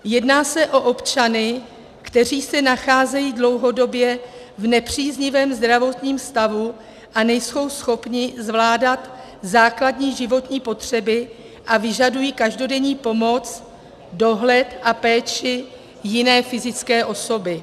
Jedná se o občany, kteří se nacházejí dlouhodobě v nepříznivém zdravotním stavu a nejsou schopni zvládat základní životní potřeby a vyžadují každodenní pomoc, dohled a péči jiné fyzické osoby.